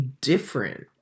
different